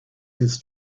his